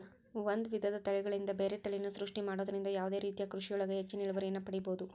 ಒಂದ್ ವಿಧದ ತಳಿಗಳಿಂದ ಬ್ಯಾರೆ ತಳಿಯನ್ನ ಸೃಷ್ಟಿ ಮಾಡೋದ್ರಿಂದ ಯಾವದೇ ರೇತಿಯ ಕೃಷಿಯೊಳಗ ಹೆಚ್ಚಿನ ಇಳುವರಿಯನ್ನ ಪಡೇಬೋದು